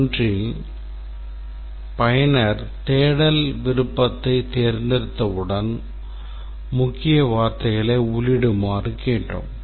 1ல் பயனர் தேடல் விருப்பத்தை தேர்ந்தெடுத்தவுடன் முக்கிய வார்த்தைகளை உள்ளிடுமாறு கேட்டோம்